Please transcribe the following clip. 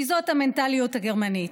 כי זאת המנטליות הגרמנית.